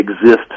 exist